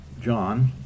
John